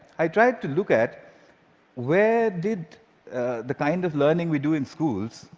i tried to look at where did the kind of learning we do in schools,